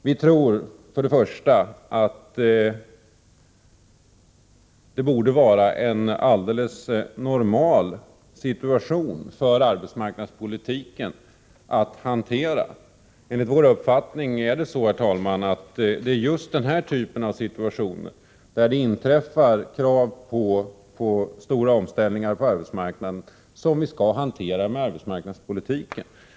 Vi anser att detta borde vara en alldeles normal situation för arbetsmarknadspolitiken att hantera. Enligt vår uppfattning är det just den här typen av situationer, där det uppkommer krav på stora omställningar på arbetsmarknaden, som vi skall hantera med arbetsmarknadspolitiken.